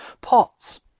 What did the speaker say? pots